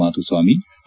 Madhuswamy K